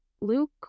Luke